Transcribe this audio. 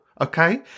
okay